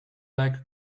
leg